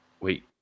Wait